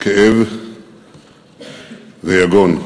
כאב ויגון.